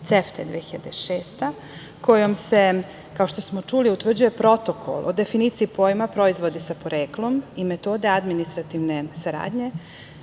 CEFTA 2006, kojom se, kao što smo čuli, utvrđuje protokol o definiciji pojma „proizvodi sa poreklom“ i metode administrativne saradnje